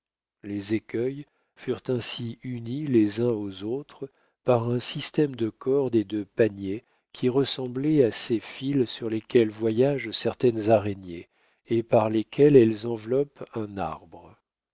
les écueils furent ainsi unis les uns aux autres par un système de cordes et de paniers qui ressemblaient à ces fils sur lesquels voyagent certaines araignées et par lesquels elles enveloppent un arbre